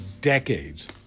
decades